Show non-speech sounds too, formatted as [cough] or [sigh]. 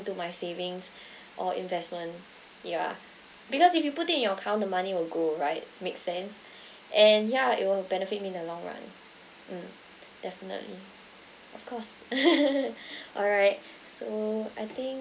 into my savings [breath] or investment yeah because if you put it in your account the money will go right make sense [breath] and yeah it will benefit in the long run mm definitely of course [laughs] all right so I think